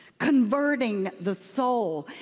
converting the soul.